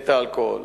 את האלכוהול.